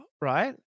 right